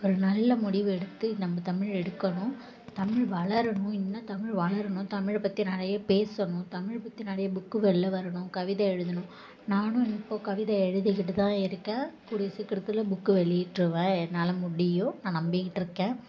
ஒரு நல்ல முடிவு எடுத்து நம்ம தமிழ் எடுக்கணும் தமிழ் வளரணும் இன்னும் தமிழ் வளரணும் தமிழை பற்றி நிறைய பேசணும் தமிழ் பற்றி நிறைய புக்கு வெளில வரணும் கவிதை எழுதணும் நானும் இப்போது கவிதை எழுதிக்கிட்டு தான் இருக்கேன் கூடிய சீக்கரத்தில் புக்கு வெளியிட்டிருவேன் என்னால் முடியும் நான் நம்பிக்கிட்டிருக்கேன்